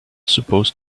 supposed